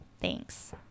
thanks